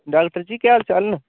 doctor ji केह् हाल चाल न